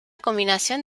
combinación